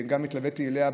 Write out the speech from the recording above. גם אני התלוויתי אליה,